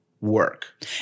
work